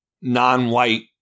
non-white